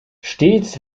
stets